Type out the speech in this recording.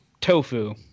tofu